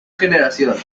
generación